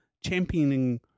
Championing